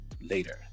later